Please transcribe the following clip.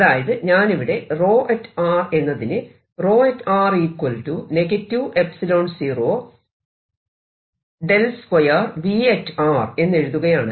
അതായത് ഞാനിവിടെ എന്നതിന് എന്ന് എഴുതുകയാണ്